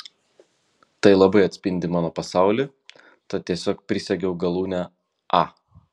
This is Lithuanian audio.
tai labai atspindi mano pasaulį tad tiesiog prisegiau galūnę a